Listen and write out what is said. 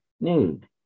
nude